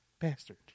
bastard